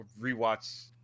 rewatch